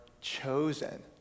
chosen